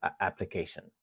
application